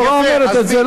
התורה אומרת את זה.